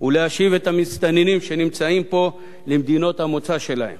ולהשיב את המסתננים שנמצאים פה למדינות המוצא שלהם